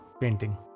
painting